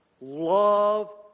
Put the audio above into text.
Love